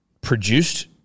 produced